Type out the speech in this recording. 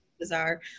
bizarre